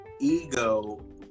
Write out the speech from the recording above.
ego